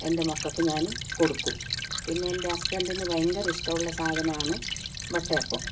എൻ്റെ മക്കൾക്ക് ഞാൻ കൊടുക്കും പിന്നെ എൻ്റെ ഹസ്ബൻറ്റിന് ഭയങ്കര ഇഷ്ടമുള്ള സാധനമാണ് വട്ടയപ്പം